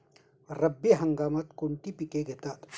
रब्बी हंगामात कोणती पिके घेतात?